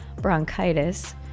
bronchitis